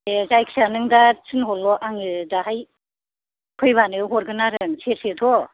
दे जायखिया नों दा थिनहरल' आङो दाहाय फैबानो हरगोन आरो आं सेरसेथ'